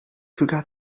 forgot